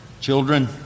Children